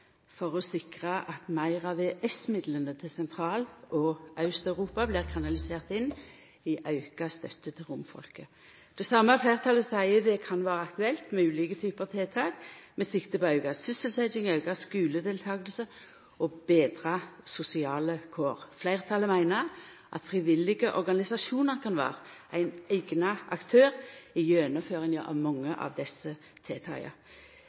for å sikra at meir av EØS-midlane til Sentral- og Aust-Europa blir kanalisert inn i auka støtte til romfolket. Det same fleirtalet seier det kan vera aktuelt med ulike typar tiltak, med sikte på å auka sysselsetjinga, auka skuledeltakinga og betra sosiale kår. Fleirtalet meiner at frivillige organisasjonar kan vera eigna aktørar i gjennomføringa av